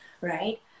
right